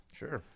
sure